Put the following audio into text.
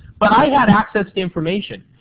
but i had access to information.